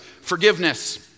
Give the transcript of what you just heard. forgiveness